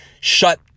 shut